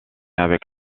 avec